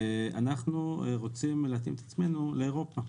אנחנו רוצים להתאים את עצמנו לאירופה,